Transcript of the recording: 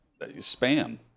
spam